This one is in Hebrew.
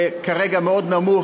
זה כרגע מאוד נמוך,